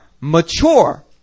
mature